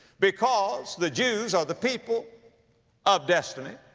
because the jews are the people of destiny,